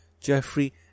jeffrey